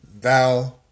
thou